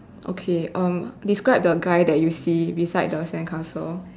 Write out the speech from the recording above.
okay um describe the guy that you see beside the sandcastle